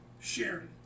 sharing